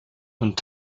und